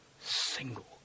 single